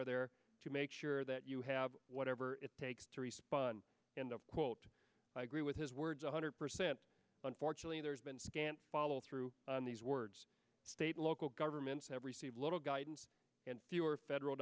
are there to make sure that you have whatever it takes to respond in the quote i agree with his words one hundred percent unfortunately there's been scant follow through on these words state local governments have received little guidance and fewer federal